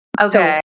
Okay